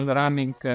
running